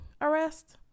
arrest